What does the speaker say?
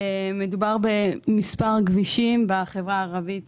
מדובר כאן במספר כבישים בחברה הערבית